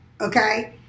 okay